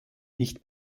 nicht